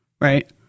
right